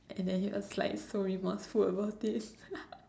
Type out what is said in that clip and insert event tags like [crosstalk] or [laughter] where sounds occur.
and then he was like so remorseful about it [laughs]